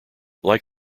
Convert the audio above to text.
like